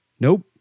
Nope